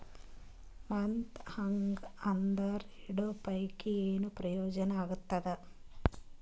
ಮತ್ತ್ ಹಾಂಗಾ ಅಂತರ ಇಡೋ ಪೈಕಿ, ಏನ್ ಪ್ರಯೋಜನ ಆಗ್ತಾದ?